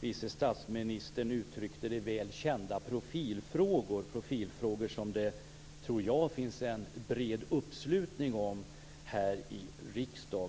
vice statsministern uttryckte det, välkända profilfrågor, profilfrågor som jag tror att det finns en bred uppslutning kring här i riksdagen.